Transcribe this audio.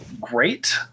great